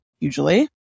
Usually